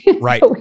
Right